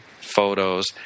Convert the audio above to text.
photos